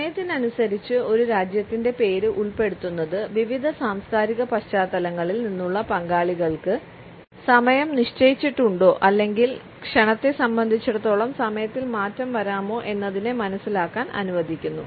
സമയത്തിനനുസരിച്ച് ഒരു രാജ്യത്തിന്റെ പേര് ഉൾപ്പെടുത്തുന്നത് വിവിധ സാംസ്കാരിക പശ്ചാത്തലങ്ങളിൽ നിന്നുള്ള പങ്കാളികൾക്ക് സമയം നിശ്ചയിച്ചിട്ടുണ്ടോ അല്ലെങ്കിൽ ക്ഷണത്തെ സംബന്ധിച്ചിടത്തോളം സമയത്തിൽ മാറ്റം വരാമോ എന്നതിനെ മനസിലാക്കാൻ അനുവദിക്കുന്നു